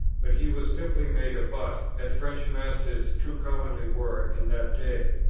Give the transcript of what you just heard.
but he was simply made a butt, as french masters too commonly were in that day,